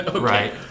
Right